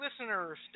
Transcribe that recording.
listeners